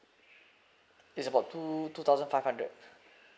it's about two two thousand five hundred